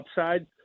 upside